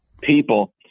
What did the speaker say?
people